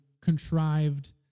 contrived